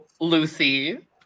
Lucy